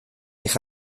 eich